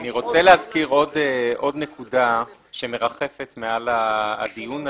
אני רוצה להזכיר עוד נקודה שמרחפת מעל הדיון הזה.